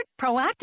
Proactive